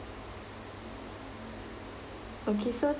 okay so